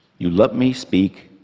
you let me speak,